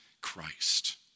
Christ